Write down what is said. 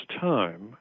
time